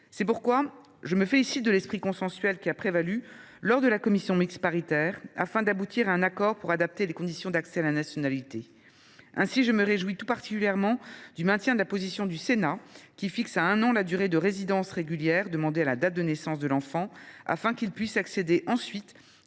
C’est pourquoi je me félicite de l’esprit consensuel qui a prévalu lors de la réunion de la commission mixte paritaire, qui a permis d’aboutir à un accord pour adapter les conditions d’accès à la nationalité à Mayotte. Je me réjouis tout particulièrement que ce soit la version du Sénat, qui fixe à un an la durée de résidence régulière exigée des parents à la date de naissance de l’enfant, afin qu’il puisse accéder ensuite